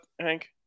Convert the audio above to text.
Hank